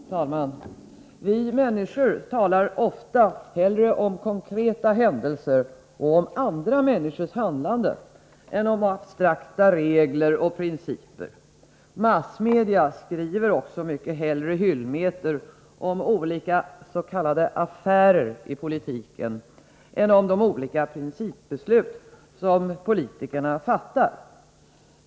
Herr talman! Vi människor talar ofta hellre om konkreta händelser och andra människors handlande än om abstrakta regler och principer. Massmedia skriver också mycket hellre hyllmeter om olika s.k. affärer i politiken än om de olika principbeslut som politikerna fattar.